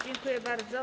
Dziękuję bardzo.